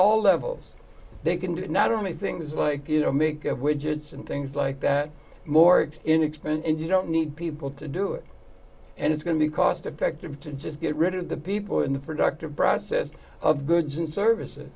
all levels they can do it not only things like you know make of widgets and things like that morgue in expense and you don't need people to do it and it's going to be cost effective to just get rid of the people in the productive process of goods and services